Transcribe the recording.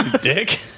dick